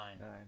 Nine